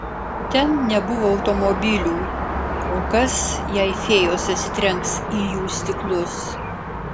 ten nebuvo automobilių o kas jei fėjos atsitrenks į jų stiklus